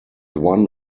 one